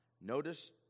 notice